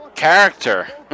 character